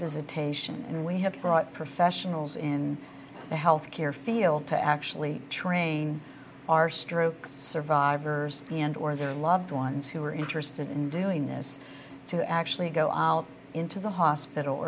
visitation and we have brought professionals in the health care field to actually train our stroke survivors and or their loved ones who are interested in doing this to actually go out into the hospital